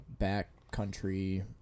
backcountry